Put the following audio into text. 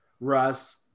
Russ